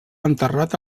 enterrat